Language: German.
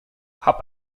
hab